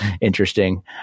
interesting